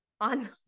on